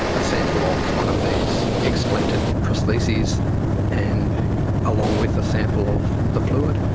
a sample of one of these explanted prostheses and along with a sample of the fluid.